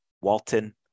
Walton